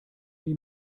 die